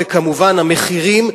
וכמובן המחירים,